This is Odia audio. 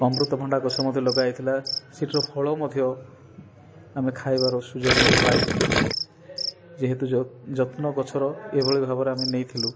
ଅମୃତଭଣ୍ଡା ଗଛ ମଧ୍ୟ ଲଗା ହେଇଥିଲା ସେଠି ର ଫଳ ମଧ୍ୟ ଆମେ ଖାଇବାର ସୁଯୋଗ ମଧ୍ୟ ପାଇଥିଲୁ ଯେହେତୁ ଯ ଯତ୍ନ ଗଛର ଏଭଳି ଭାବରେ ଆମେ ନେଇଥିଲୁ